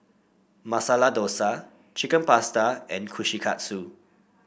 Masala Dosa Chicken Pasta and Kushikatsu